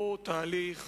לא תהליך